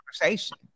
conversation